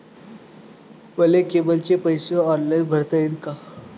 मले केबलचे पैसे ऑनलाईन भरता येईन का?